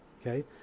Okay